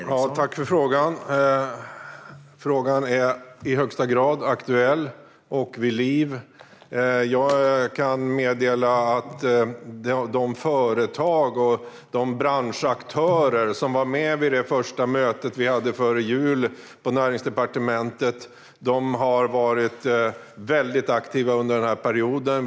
Herr talman! Jag tackar för frågan. Frågan är i högsta grad aktuell och vid liv. Jag kan meddela att de företag och branschaktörer som var med vid det första mötet vi hade, på Näringsdepartementet före jul, har varit väldigt aktiva under den här perioden.